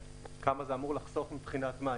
כמה זה אמור לחסוך מבחינת מה?